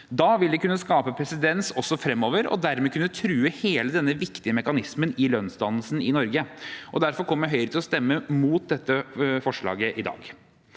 Da vil det kunne skape presedens også fremover, og dermed kunne true hele denne viktige mekanismen i lønnsdannelsen i Norge. Derfor kommer Høyre til å stemme mot dette forslaget i dag.